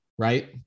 right